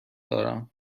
دارم